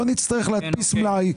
לא נצטרך להדפיס מלאי,